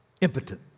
impotent